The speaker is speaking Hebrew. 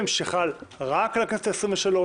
שברור שהוא חל רק על הכנסת העשרים-ושלוש,